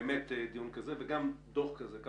דיון כזה ודוח כזה לא